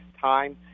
time